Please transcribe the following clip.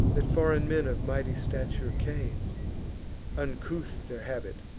that foreign men of mighty stature came uncouth their habit,